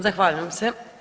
Zahvaljujem se.